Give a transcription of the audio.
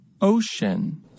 Ocean